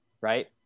right